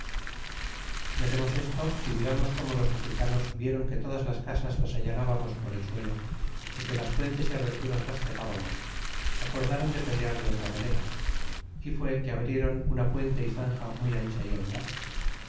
dexemos desto y digamos como los mexicanos vieron que todas las casas las allanábamos por el suelo é que las puentes y aberturas las cegábamos acordáron de pelear de otra manera y fue que abrieron una puente y zanja muy ancha y honda